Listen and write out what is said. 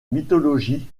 mythologie